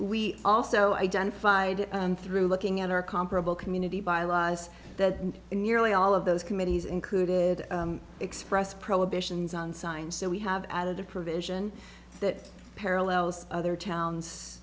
we also identified through looking at our comparable community bylaws that nearly all of those committees included express prohibitions on signs so we have added a provision that parallels other towns